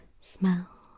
smell